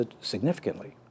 significantly